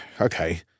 okay